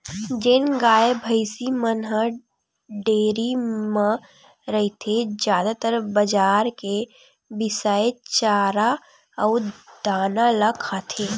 जेन गाय, भइसी मन ह डेयरी म रहिथे जादातर बजार के बिसाए चारा अउ दाना ल खाथे